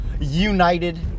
united